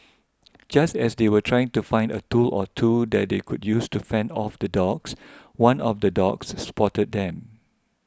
just as they were trying to find a tool or two that they could use to fend off the dogs one of the dogs spotted them